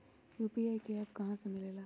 UPI का app कहा से मिलेला?